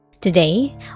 Today